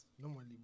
normally